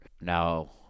Now